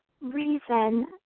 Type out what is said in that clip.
reason